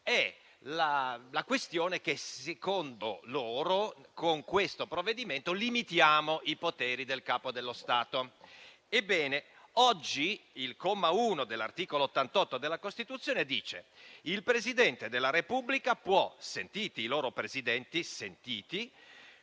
è la questione che, secondo loro, con il provvedimento in discussione limitiamo i poteri del Capo dello Stato. Ebbene, oggi il comma 1 dell'articolo 88 della Costituzione afferma che: «Il Presidente della Repubblica può, sentiti i loro Presidenti, sciogliere